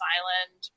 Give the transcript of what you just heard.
Island